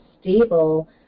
stable